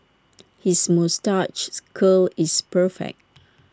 his moustache's curl is perfect